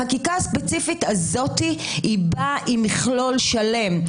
החקיקה הזאת באה עם מכלול שלם.